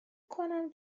کنم